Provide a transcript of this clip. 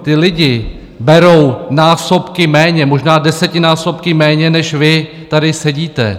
Ti lidi berou násobky méně, možná desetinásobky méně než vy tady sedíte.